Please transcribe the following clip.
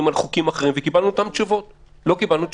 על חוקים אחרים ויקבלנו אותן תשובות לא קיבלנו תשובות.